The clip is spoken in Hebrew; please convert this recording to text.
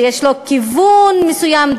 שיש לו כיוון מסוים,